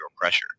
pressure